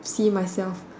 see myself